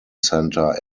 centre